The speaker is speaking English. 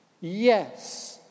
yes